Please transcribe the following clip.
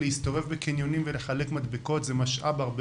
להסתובב בקניונים ולחלק מדבקות זה משאב הרבה